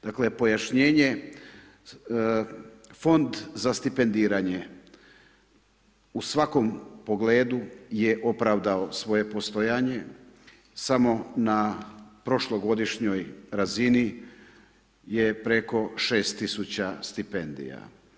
Dakle pojašnjenje, Fond za stipendiranje u svakom pogledu je opravdao svoje poslovanje samo na prošlogodišnjoj razini je preko 6 tisuća stipendija.